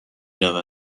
رود